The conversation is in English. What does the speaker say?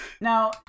Now